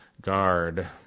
guard